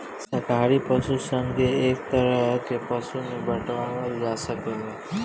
शाकाहारी पशु सन के एक तरह के पशु में बाँटल जा सकेला